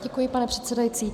Děkuji, pane předsedající.